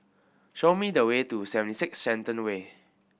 show me the way to Seventy Six Shenton Way